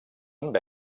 amb